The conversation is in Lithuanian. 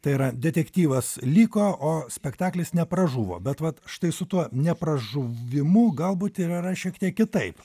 tai yra detektyvas liko o spektaklis nepražuvo bet vat štai su tuo nepražuvimu galbūt ir yra šiek tiek kitaip